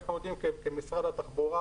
אנחנו כמשרד התחבורה,